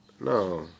No